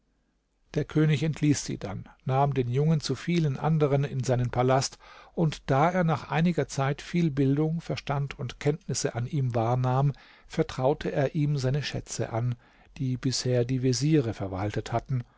der könig entließ sie dann nahm den jungen zu vielen anderen in seinen palast und da er nach einiger zeit viel bildung verstand und kenntnisse an ihm wahrnahm vertraute er ihm seine schätze an die bisher die veziere verwaltet hatten